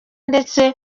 ndetse